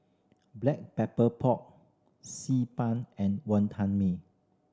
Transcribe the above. Black Pepper Pork Xi Ban and Wonton Mee